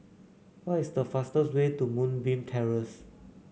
what is the fastest way to Moonbeam Terrace